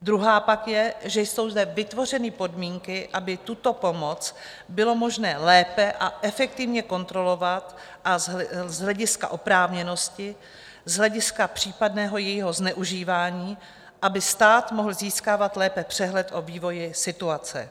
Druhý pak je, že jsou zde vytvořeny podmínky, aby tuto pomoc bylo možné lépe a efektivně kontrolovat z hlediska oprávněnosti, z hlediska případného jejího zneužívání, aby stát mohl získávat lépe přehled o vývoji situace.